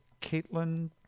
Caitlin